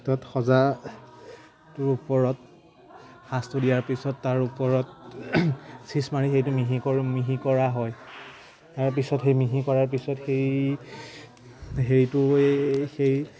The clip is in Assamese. তাত সজাটোৰ ওপৰত সাঁচটো দিয়াৰ পিছত তাৰ ওপৰত চিজ মাৰি সেইটো মিহি মিহি কৰা হয় তাৰপিছত সেই মিহি কৰাৰ পিছত সেই সেইটোৱে সেই